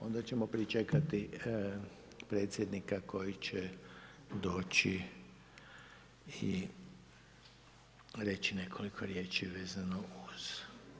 Onda ćemo pričekati predsjednika koji će doći i reći nekoliko riječi vezano uz